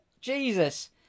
Jesus